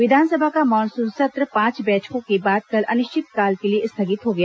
विधानसभा का मानसून सत्र पांच बैठकों के बाद कल अनिश्चितकाल के लिए स्थगित हो गया